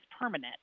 permanent